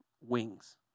Wings